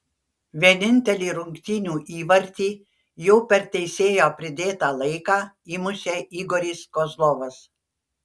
vienintelį rungtynių įvartį jau per teisėjo pridėtą laiką įmušė igoris kozlovas